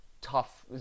tough